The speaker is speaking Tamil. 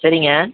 சரிங்க